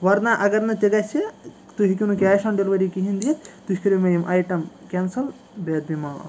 ورنا اگر نہٕ تہِ گژھِ تُہۍ ہٮ۪کِو نہٕ کیش آن ڈیلوری کِہیٖنۍ دِتھ تُہۍ کٔرو مےٚ یِم آیٹَم کٮ۪نسَل بے ادبی معاف